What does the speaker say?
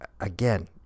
again